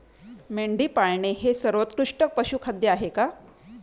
मेंढी पाळणे हे सर्वोत्कृष्ट पशुखाद्य आहे का?